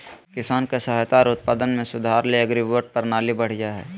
किसान के सहायता आर उत्पादन में सुधार ले एग्रीबोट्स प्रणाली बढ़िया हय